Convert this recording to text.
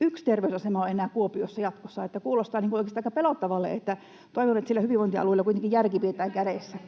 yksi terveysasema on enää Kuopiossa jatkossa? Kuulostaa oikeastaan aika pelottavalle, niin että toivon, että siellä hyvinvointialueilla kuitenkin järki pidetään kädessä.